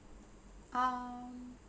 um